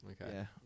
Okay